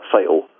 fail